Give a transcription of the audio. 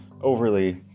overly